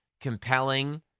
compelling